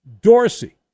Dorsey